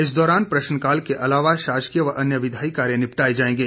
इस दौरान प्रश्नकाल के अलावा शासकीय व अन्य विधायी कार्य निपटाए जाएंगे